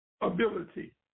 ability